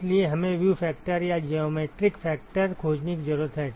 इसलिए हमें view factor या ज्योमेट्रिक फैक्टर खोजने की जरूरत है